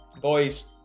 boys